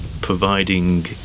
providing